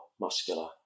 muscular